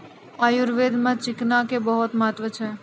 आयुर्वेद मॅ चिकना के बहुत महत्व छै